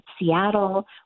Seattle